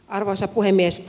arvoisa puhemies